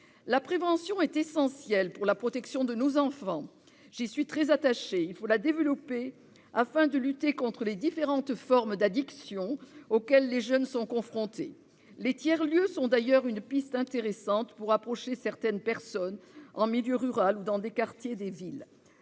La prévention est essentielle pour la protection de nos enfants ; j'y suis très attachée. Il faut la développer afin de lutter contre les différentes formes d'addictions auxquelles les jeunes sont confrontés. Les tiers-lieux sont d'ailleurs une piste intéressante afin d'approcher certaines personnes en milieu rural ou dans des quartiers des villes.